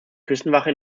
küstenwache